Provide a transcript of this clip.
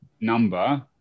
number